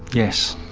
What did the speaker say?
yes.